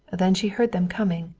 then she heard them coming,